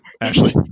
Ashley